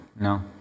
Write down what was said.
No